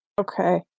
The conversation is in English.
Okay